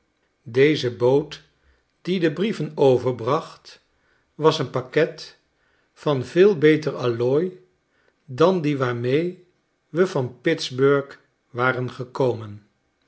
deze boot die de brieven overbracht was een packet van veel beter allooi dan die waarmee we van pittsburg waren gekomen